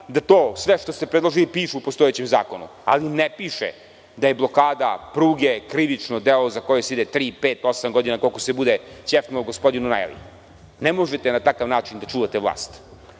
da sve to što ste predložili piše u postojećem zakonu, ali ne piše da je blokada pruge krivično delo za koje se ide tri, pet ili osam godina, koliko se bude ćefnulo gospodinu „najavi“.Ne možete na takav način da čuvate vlast.